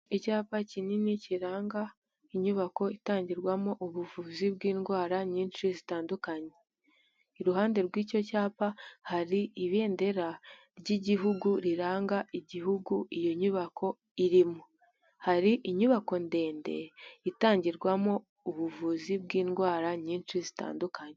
Icyapa kinini kiranga inyubako itangirwamo ubuvuzi bw'indwara nyinshi zitandukanye, iruhande rw'icyo cyapa hari ibendera ry'igihugu riranga igihugu iyo nyubako irimo, hari inyubako ndende itangirwamo ubuvuzi bw'indwara nyinshi zitandukanye.